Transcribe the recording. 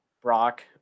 brock